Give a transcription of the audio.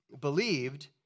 believed